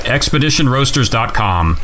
ExpeditionRoasters.com